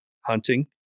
hunting